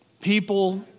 People